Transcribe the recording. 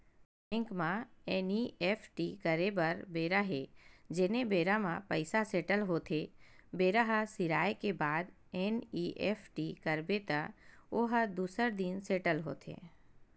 bank म NEFT करे बर बेरा हे जेने बेरा म पइसा सेटल होथे बेरा ह सिराए के बाद एन.ई.एफ.टी करबे त ओ ह दूसर दिन सेटल होथे